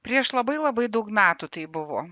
prieš labai labai daug metų tai buvo